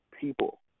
people